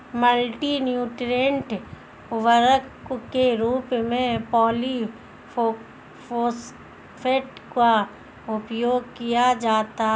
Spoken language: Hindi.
मल्टी न्यूट्रिएन्ट उर्वरक के रूप में पॉलिफॉस्फेट का उपयोग किया जाता है